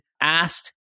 asked